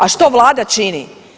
A što vlada čini?